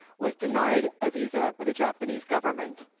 was denied a visa by the japanese government,